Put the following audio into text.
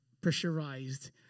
pressurized